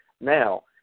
Now